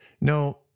no